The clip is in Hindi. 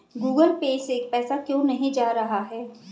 गूगल पे से पैसा क्यों नहीं जा रहा है?